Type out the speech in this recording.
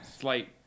Slight